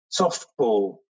softball